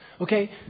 okay